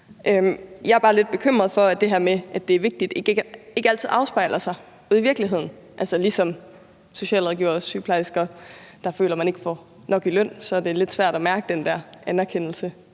det er vigtigt, ikke altid afspejler sig ude i virkeligheden. Når socialrådgivere og sygeplejersker føler, at de ikke får nok i løn, er det lidt svært at mærke den der anerkendelse,